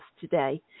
today